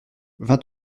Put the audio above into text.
vingt